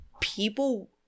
People